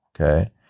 okay